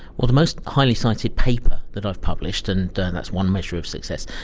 well, the most highly cited paper that i've published, and that's one measure of success,